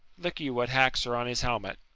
look you what hacks are on his helmet!